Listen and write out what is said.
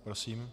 Prosím.